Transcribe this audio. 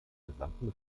gesamten